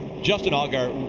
justin allgaier,